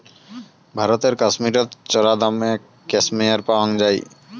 ভারতের কাশ্মীরত চরাদামে ক্যাশমেয়ার পাওয়াং যাই